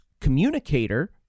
communicator—